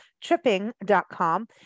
tripping.com